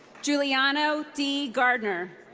giuliano d. gardner.